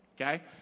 Okay